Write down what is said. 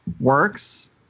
works